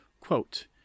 Quote